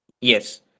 yes